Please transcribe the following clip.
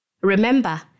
Remember